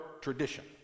tradition